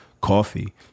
coffee